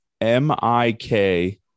M-I-K